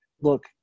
look